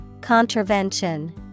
Contravention